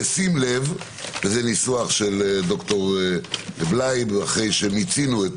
וזה ניסוח של ד"ר בליי אחרי שמיצינו את